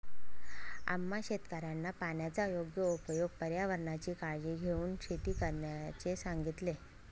आम्हा शेतकऱ्यांना पाण्याचा योग्य उपयोग, पर्यावरणाची काळजी घेऊन शेती करण्याचे सांगितले